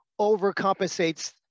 overcompensates